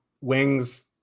Wings